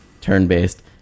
turn-based